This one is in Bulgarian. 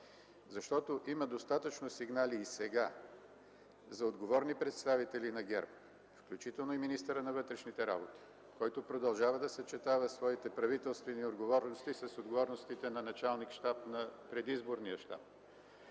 защото има достатъчно сигнали и сега за отговорни представители на ГЕРБ, включително и министъра на вътрешните работи, който продължава да съчетава своите правителствени отговорности с отговорностите на началник щаб на предизборния щаб,